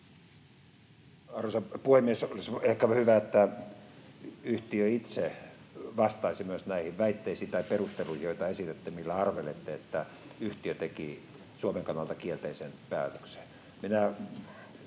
Arvoisa puhemies! Olisi ehkä hyvä, että myös yhtiö itse vastaisi näihin väitteisiin tai perusteluihin, joita esitätte ja joissa arvelette, että yhtiö teki Suomen kannalta kielteisen päätöksen.